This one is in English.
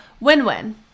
win-win